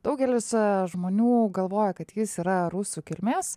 daugelis žmonių galvoja kad jis yra rusų kilmės